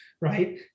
right